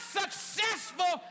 successful